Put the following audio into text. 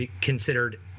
considered